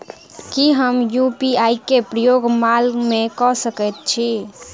की हम यु.पी.आई केँ प्रयोग माल मै कऽ सकैत छी?